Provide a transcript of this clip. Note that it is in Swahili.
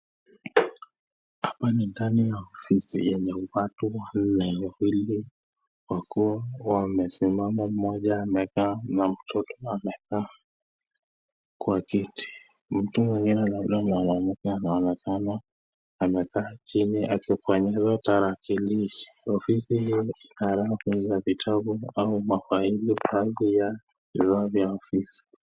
Hapa ni ndani ya ofisi yenye watu wanne, wawili wakiwa wamekaa na mmoja akiwa amesimama. Mtu mwingine kama mwanamke amekaa mbele ya tarakilishi. Ofisi hii ina sarafu na vitabu mazingira ya ofisi.